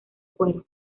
cuero